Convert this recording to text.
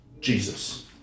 Jesus